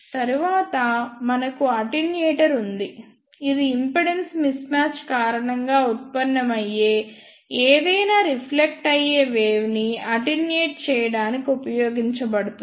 తరువాత మనకు అటెన్యూయేటర్ ఉంది ఇది ఇంపిడెన్స్ మిస్మాచ్ కారణంగా ఉత్పన్నమయ్యే ఏదైనా రిఫ్లెక్ట్ అయ్యే వేవ్ ని అటెన్యూయేట్ చేయడానికి ఉపయోగించబడుతుంది